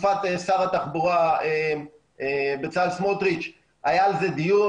בתקופת שר התחבורה בצלאל סמוטריץ' היה על זה דיון.